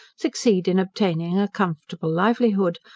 succeed in obtaining a comfortable livelihood,